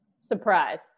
Surprised